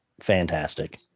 fantastic